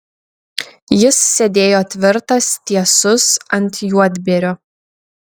jis sėdėjo tvirtas tiesus ant juodbėrio